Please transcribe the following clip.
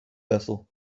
vessel